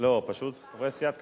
אני רוצה להוסיף, לא הספקתי.